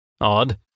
Odd